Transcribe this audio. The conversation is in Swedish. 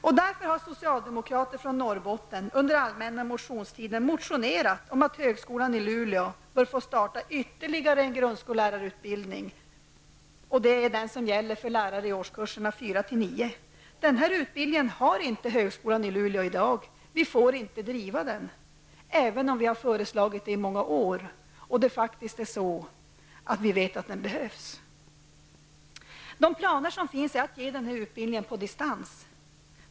Vi socialdemokratiska ledamöter från Norrbotten har därför under den allmänna motionstiden motionerat om att högskolan i Luleå bör få starta ytterligare en grundskollärarutbildning för lärare i årskurserna 4--9. Denna utbildning har inte högskolan i Luleå i dag. Vi får inte driva den, trots att vi har föreslagit det i många år och vet att den behövs. Det finns planer på att ge denna utbildning på distans.